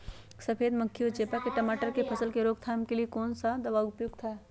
सफेद मक्खी व चेपा की टमाटर की फसल में रोकथाम के लिए कौन सा दवा उपयुक्त है?